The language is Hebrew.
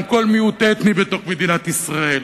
עם כל מיעוט אתני בתוך מדינת ישראל?